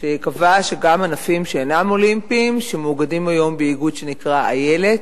שקבע שגם ענפים שאינם אולימפיים שמאוגדים היום באיגוד שנקרא "איֶלת",